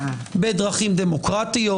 בדרכים דמוקרטיות,